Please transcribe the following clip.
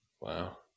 Wow